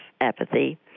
apathy